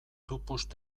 tupust